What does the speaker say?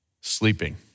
sleeping